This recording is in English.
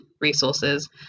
resources